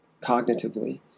cognitively